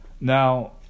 Now